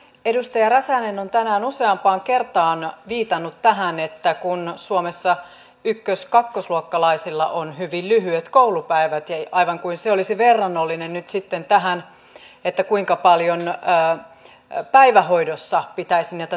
edustaja räsänen on tänään useampaan kertaan viitannut tähän että suomessa ykkös ja kakkosluokkalaisilla on hyvin lyhyet koulupäivät aivan kuin se olisi verrannollinen tähän kuinka paljon päivähoidossa pitäisi näitä tunteja olla